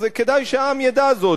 אז כדאי שהעם ידע זאת.